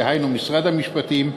דהיינו משרד המשפטים,